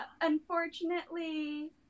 unfortunately